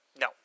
no